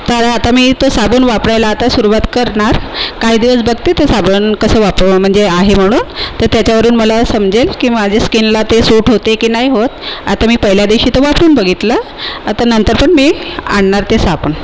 तर आता मी तो साबण वापरायला आता सुरूवात करणार काही दिवस बघते तो साबण कसं वापरावं म्हणजे आहे म्हणून तर त्याच्यावरून मला समजेल की माझे स्कीनला ते सूट होते की नाही होत आता मी पहिल्या दिवशी तर वापरून बघितला आता नंतर पण मी आणणार ते साबण